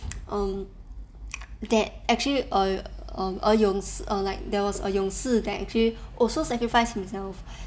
um that actually err um a um there was a 勇士 that also sacrifice himself